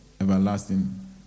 everlasting